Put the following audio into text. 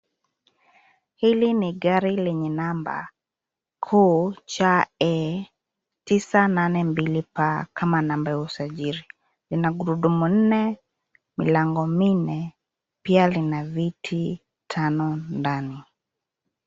Hili ni gari lenye namba KCE 982P kama namba ya usajili. Ina gurudumu nne, milango minne, pia lina viti tano ndani.